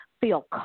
feel